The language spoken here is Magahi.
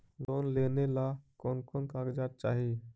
लोन लेने ला कोन कोन कागजात चाही?